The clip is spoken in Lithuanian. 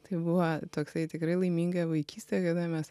tai buvo toksai tikrai laiminga vaikystė kada mes